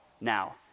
now